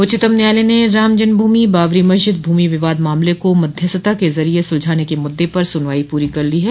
उच्चतम न्यायालय ने राम जन्म भूमि बाबरी मस्जिद भूमि विवाद मामले को मध्यस्थता के जरिए सुलझाने के मुद्द पर सुनवाई पूरी कर ली है